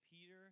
Peter